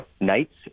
nights